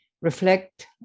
Reflect